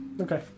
Okay